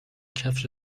کفش